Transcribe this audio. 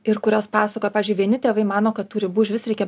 ir kurios pasakoja pavyzdžiui vieni tėvai mano kad tų ribų išvis reikia